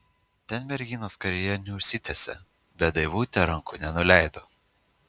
ten merginos karjera neužsitęsė bet daivutė rankų nenuleido